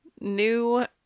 New